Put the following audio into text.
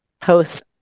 post